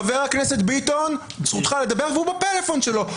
חבר הכנסת ביטון, זכותך לדבר, והוא בפלאפון שלו.